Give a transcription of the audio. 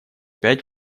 пять